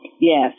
Yes